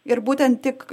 ir būtent tik